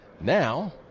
Now